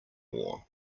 war